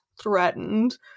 threatened